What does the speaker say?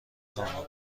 خواهم